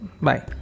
bye